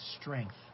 strength